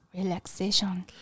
relaxation